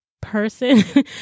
person